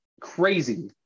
crazy